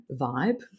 vibe